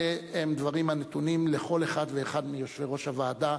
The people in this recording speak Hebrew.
אלה הם דברים הנתונים לכל אחד ואחד מיושבי-ראש הוועדות.